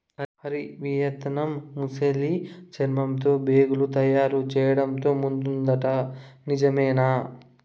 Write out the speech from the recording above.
Hari, Vietnam ముసలి చర్మంతో బేగులు తయారు చేయడంతో ముందుందట నిజమేనా